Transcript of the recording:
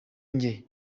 njye